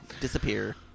disappear